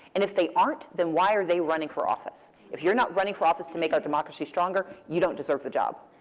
and if they aren't, then why are they running for office? if you're not running for office to make our democracy stronger, you don't deserve the job.